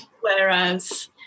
whereas